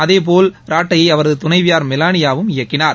அதேபால் ராட்டியை அவரது துணைவியார் மெலானியாவும் இயக்கினார்